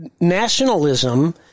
Nationalism